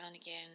again